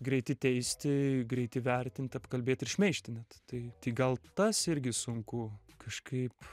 greiti teisti greiti vertint apkalbėt ir šmeižti net tai tai gal tas irgi sunku kažkaip